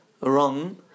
wrong